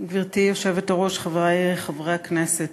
גברתי היושבת-ראש, חברי חברי הכנסת,